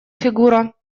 фигура